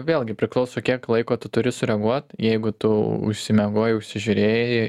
vėlgi priklauso kiek laiko tu turi sureaguot jeigu tu užsimiegojai užsižiūrėjai